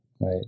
right